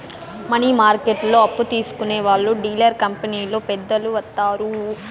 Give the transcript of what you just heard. money మార్కెట్లో అప్పు తీసుకునే వాళ్లు డీలర్ కంపెనీలో పెద్దలు వత్తారు